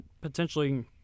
potentially